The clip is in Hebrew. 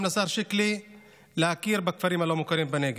לשר שיקלי להכיר בכפרים הלא-מוכרים בנגב.